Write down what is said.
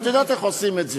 ואת יודעת איך עושים את זה.